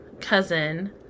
cousin